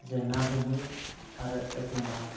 जों ना हमहैयो आरो एखमब्ला